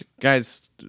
guy's